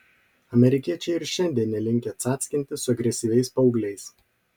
amerikiečiai ir šiandien nelinkę cackintis su agresyviais paaugliais